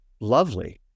lovely